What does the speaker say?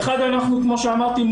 כמו שאמרתי,